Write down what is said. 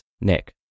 Nick